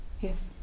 yes